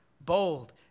bold